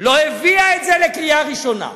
לא הביאה את זה לקריאה ראשונה.